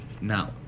Now